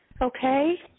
Okay